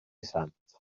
sant